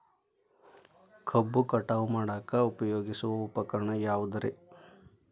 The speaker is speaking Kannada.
ಕಬ್ಬು ಕಟಾವು ಮಾಡಾಕ ಉಪಯೋಗಿಸುವ ಉಪಕರಣ ಯಾವುದರೇ?